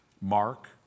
Mark